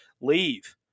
leave